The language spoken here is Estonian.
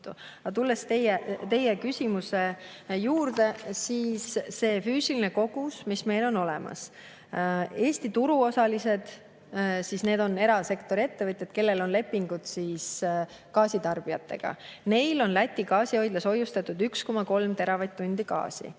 tulles teie küsimuse juurde: see füüsiline kogus, mis meil on olemas. Eesti turuosalistel, need on siis erasektori ettevõtjad, kellel on lepingud gaasitarbijatega, on Läti gaasihoidlas hoiustatud 1,3 teravatt-tundi gaasi.